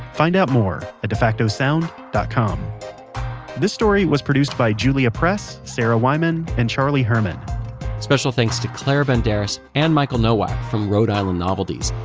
find out more at defacto sound dot com this story was produced by julia press, sarah wyman, and charlie herman special thanks to claire banderas and michael nowak from rhode island novelties.